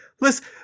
Listen